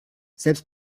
selbst